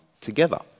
together